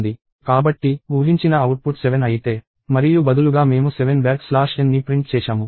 కాబట్టి ఊహించిన అవుట్పుట్ 7 అయితే మరియు బదులుగా మేము 7 బ్యాక్ స్లాష్ n ని ప్రింట్ చేశాము